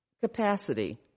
capacity